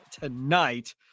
Tonight